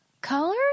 colors